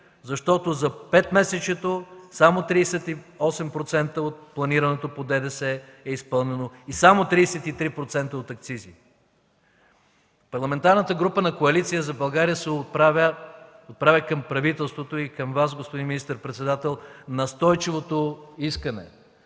защото за петмесечието само 38% от планираното по ДДС е изпълнено и само 33% от акцизите. Парламентарната група на Коалиция за България отправя към правителството и към Вас, господин министър-председател, настойчивото искане